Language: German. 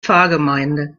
pfarrgemeinde